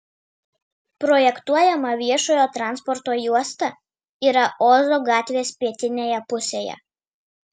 projektuojama viešojo transporto juosta yra ozo gatvės pietinėje pusėje